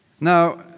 Now